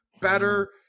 better